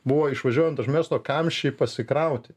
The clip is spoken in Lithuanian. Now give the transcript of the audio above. buvo išvažiuojant iš miesto kamščiai pasikrauti